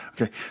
Okay